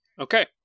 Okay